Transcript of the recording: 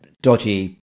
dodgy